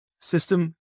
System